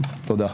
תודה.